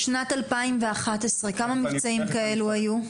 בשנת 2021, כמה מבצעים כאלה היו?